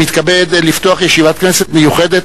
אני מתכבד לפתוח ישיבת כנסת מיוחדת,